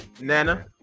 Nana